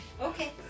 okay